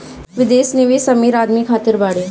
विदेश निवेश अमीर आदमी खातिर बाटे